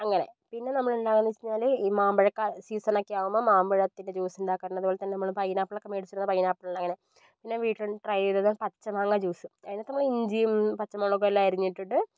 അങ്ങനെ പിന്നെ നമ്മള് ഉണ്ടാക്കുന്ന വെച്ച് കഴിഞ്ഞാല് ഈ മാമ്പഴക്കാല സീസണൊക്കെ ആകുമ്പം മാമ്പഴത്തിൻ്റെ ജ്യൂസ് ഉണ്ടാക്കാറുണ്ട് അതുപോൽതന്നെ നമ്മള് പൈനാപ്പിളൊക്കെ മേടിച്ചു വരുന്നാ പൈനാപ്പിള് അങ്ങനെ പിന്നെ വീട്ടിലൊന്ന് ട്രൈ ചെയ്തത് പച്ചമാങ്ങ ജ്യൂസ് അയിനാത്ത് നമ്മള് ഇഞ്ചിയും പച്ചമുളകും എല്ലാം അരിഞ്ഞ് ഇട്ടിട്ട്